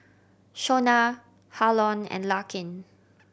Shonna Harlon and Larkin